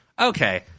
okay